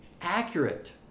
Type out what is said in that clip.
accurate